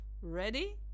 Ready